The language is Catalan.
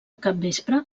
capvespre